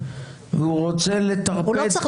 והוא רוצה לטרפד את